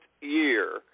year